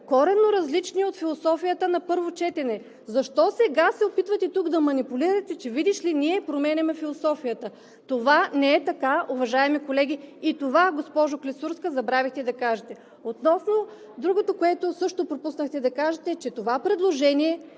коренно различни от философията на първо четене. Защо сега се опитвате тук – манипулирате, че видиш ли ние променяме философията? Това не е така, уважаеми колеги. Това, госпожо Клисурска, забравихте да кажете. Относно другото, което също пропуснахте да кажете, е, че това предложение